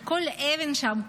כי כל אבן שם,